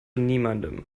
niemandem